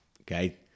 Okay